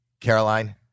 Caroline